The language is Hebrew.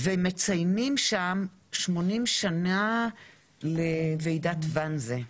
מציינים שם שמונים שנים לוועידת ואנזה.